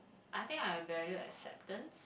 I think I value acceptance